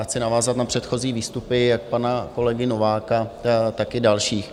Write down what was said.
Chci navázat na předchozí výstupy, jak pana kolegy Nováka, tak i dalších.